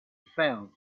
found